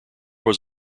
was